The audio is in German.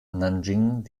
nanjing